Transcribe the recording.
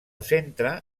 centre